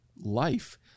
life